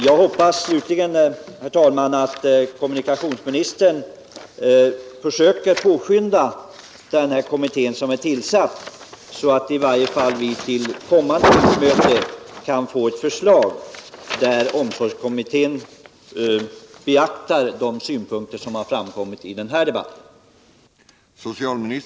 Jag hoppas slutligen att socialministern försöker skynda på omsorgskommitténs arbete, så att vi i varje fall till kommande riksmöte kan få ett förslag, i vilket de synpunkter som har kommit fram i denna debatt har beaktats.